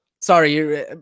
Sorry